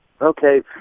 Okay